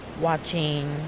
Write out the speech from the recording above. watching